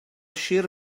sir